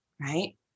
right